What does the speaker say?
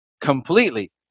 completely